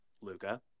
Luca